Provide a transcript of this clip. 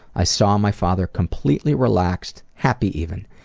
i saw my father completely relaxed, happy even.